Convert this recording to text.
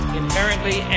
inherently